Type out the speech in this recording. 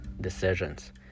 decisions